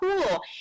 cool